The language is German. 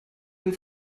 den